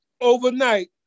overnight